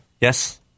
Yes